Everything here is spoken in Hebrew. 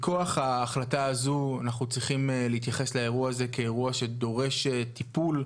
מכוח ההחלטה הזו אנחנו צריכים להתייחס לאירוע הזה כאירוע שדורש טיפול,